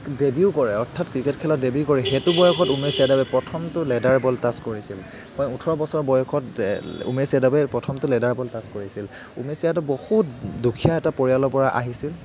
debut কৰে অৰ্থাৎ cricket খেলত ডেবিউ কৰে সেইটো বয়সত উমেশ যাদৱে প্ৰথমটো লেডাৰ বল টাছ কৰিছিল বা ওঠৰ বছৰ বয়সত উমেশ যাদৱে প্ৰথমটো লেডাৰ বল টাছ কৰিছিল উমেশ যাদৱ বহুত দুখীয়া এটা পৰিয়ালৰ পৰা আহিছিল